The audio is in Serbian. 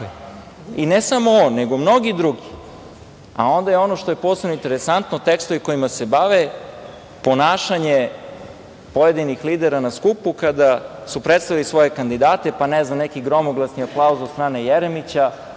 ne samo on, nego mnogi drugi. Onda je ono što je posebno interesantno, tekstovi kojima se bave, ponašanje pojedinih lidera na skupu. Kada su predstavljali svoje kandidate, pa, ne znam, neki gromoglasni aplauz od strane Jeremića.